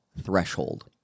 threshold